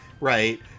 right